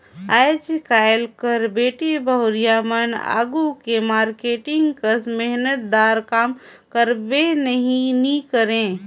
आएज काएल कर बेटी बहुरिया मन आघु के मारकेटिंग कस मेहनत दार काम करबे नी करे